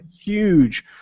huge